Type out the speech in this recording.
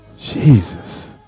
Jesus